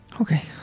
Okay